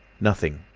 nothing,